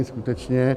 Skutečně.